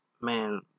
man